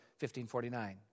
1549